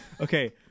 okay